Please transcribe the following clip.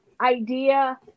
idea